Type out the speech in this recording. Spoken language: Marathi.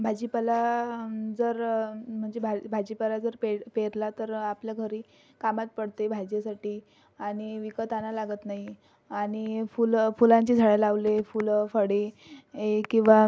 भाजीपाला जर म्हणजे भाजीप भाजीपाला जर पे पेरला तर आपल्या घरी कामात पडते भाजीसाठी आणि विकत आणायला लागत नाही आणि फुलं फुलांची झाडं लावले फुलं फळे हे किंवा